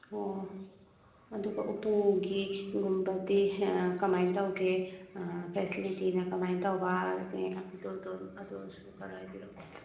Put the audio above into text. ꯑꯣ ꯑꯗꯨꯒ ꯎꯄꯨꯒꯤ ꯒꯨꯝꯕꯗꯤ ꯀꯃꯥꯏꯅ ꯇꯧꯒꯦ ꯐꯦꯁꯤꯂꯤꯇꯤꯅ ꯀꯃꯥꯏꯅ ꯇꯧꯕ ꯑꯗꯨꯗꯣ ꯑꯗꯨꯁꯨ ꯈꯔ ꯍꯥꯏꯕꯤꯔꯛꯑꯣ